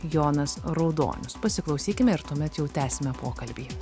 jonas raudonius pasiklausykime ir tuomet jau tęsime pokalbį